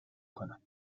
کنم